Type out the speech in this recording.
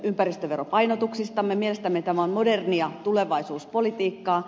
mielestämme tämä on modernia tulevaisuuspolitiikkaa